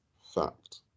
fact